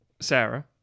Sarah